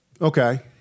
Okay